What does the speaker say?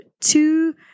two